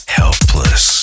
helpless